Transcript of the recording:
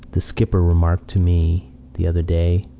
the skipper remarked to me the other day,